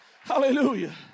Hallelujah